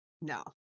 no